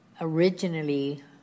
originally